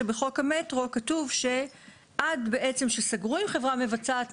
שבחוק המטרו כתוב שעד בצעם שסגרו עם חברה מבצעת,